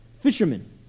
Fishermen